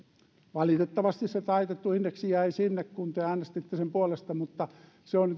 valitettavasti se taitettu indeksi jäi sinne kun te äänestitte sen puolesta mutta se on